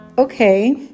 Okay